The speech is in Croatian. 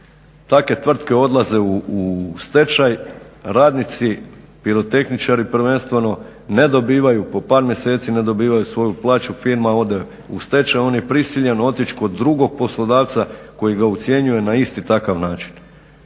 Takve tvrtke odlaze u stečaj, radnici pirotehničari prvenstveno ne dobivaju po par mjeseci ne dobivaju svoju plaću, firma ode u stečaj. On je prisiljen otići kod drugog poslodavca koji ga ucjenjuje na isti takav način.